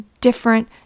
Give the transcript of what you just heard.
different